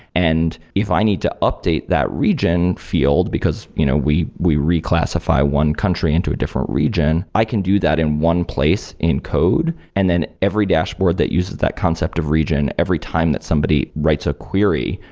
and if i need to update that region field, because you know we we reclassify one country into a different region, i can do that in one place in code and then every dashboard that uses that concept of region every time that somebody writes a query,